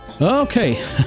Okay